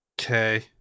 Okay